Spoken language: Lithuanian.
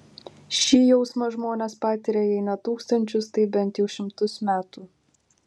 šį jausmą žmonės patiria jei ne tūkstančius tai bent jau šimtus metų